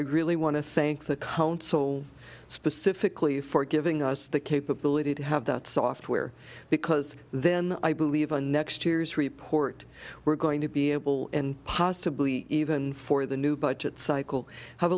i really want to thank the council specifically for giving us the capability to have that software because then i believe a next year's report we're going to be able and possibly even for the new budget cycle have